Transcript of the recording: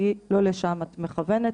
כי לא לשם את מכוונת,